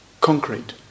concrete